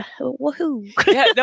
woohoo